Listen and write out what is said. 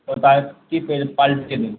তো পাইপটিকে পালটে দিন